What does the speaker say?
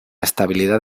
estabilidad